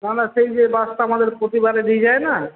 না না সেই যে বাসটা আমাদের প্রতিবারে নিয়ে যায় না